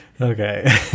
Okay